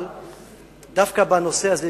אבל דווקא בנושא הזה,